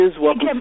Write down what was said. Welcome